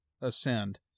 ascend